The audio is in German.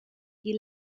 die